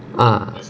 ah